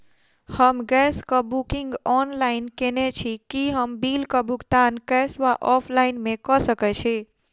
हम गैस कऽ booking online केने छी, की हम बिल कऽ भुगतान कैश वा ऑफलाइन मे कऽ सकय छी?